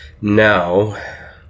now